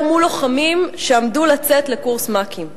מול לוחמים שעמדו לצאת לקורס מ"כים.